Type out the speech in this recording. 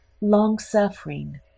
long-suffering